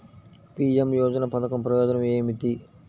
PM యోజన పధకం ప్రయోజనం ఏమితి?